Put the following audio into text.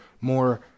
more